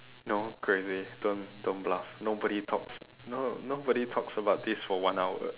no crazy don't don't bluff nobody talks no nobody talks about this for one hour